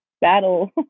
Battle